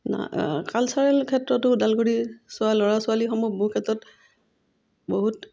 cultural ক্ষেত্ৰতো ওদালগুৰি ল'ৰা ছোৱালীসমূহ বহু ক্ষেত্ৰত বহুত